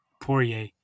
Poirier